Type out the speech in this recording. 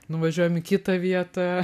nuvažiuojam į kitą vietą